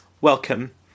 welcome